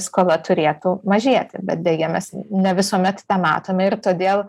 skola turėtų mažėti bet deja mes ne visuomet tą matome ir todėl